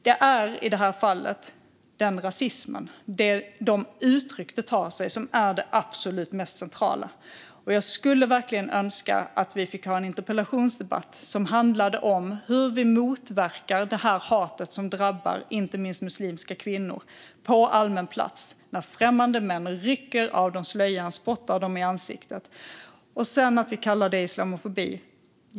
Det är i det här fallet de uttryck som rasismen tar sig som är det absolut mest centrala. Jag skulle verkligen önska att vi fick ha en interpellationsdebatt som handlar om hur vi motverkar det hat som drabbar inte minst muslimska kvinnor på allmän plats, när främmande män rycker av dem slöjan och spottar dem i ansiktet. Vi kallar det islamofobi.